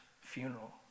funeral